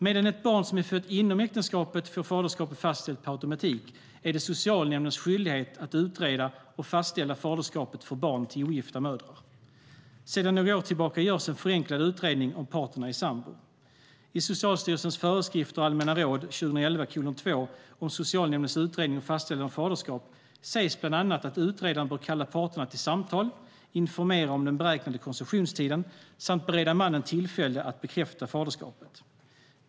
Medan ett barn som är fött inom äktenskapet får faderskapet fastställt per automatik, är det socialnämndens skyldighet att utreda och fastställa faderskapet för barn till ogifta mödrar. Sedan några år tillbaka görs en förenklad utredning om parterna är sambor. I Socialstyrelsens föreskrifter och allmänna råd 2011:2 om socialnämndens utredning och fastställande av faderskap sägs bland annat att utredaren bör kalla parterna till samtal, informera om den beräknade konceptionstiden samt bereda mannen tillfälle att bekräfta faderskapet.